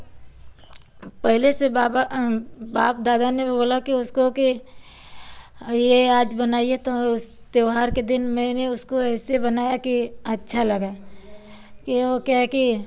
पहिले से बाबा बाप दादा ने भी बोला कि उसको कि यह आज बनाइए तो त्योहार के दिन मैंने उसको ऐसे बनाया कि अच्छा लगा कि वह क्या है कि